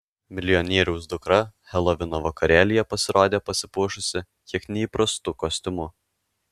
milijonieriaus dukra helovino vakarėlyje pasirodė pasipuošusi kiek neįprastu kostiumu